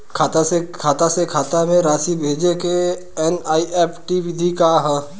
खाता से खाता में राशि भेजे के एन.ई.एफ.टी विधि का ह?